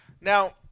Now